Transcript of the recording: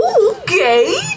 okay